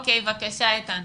עליה.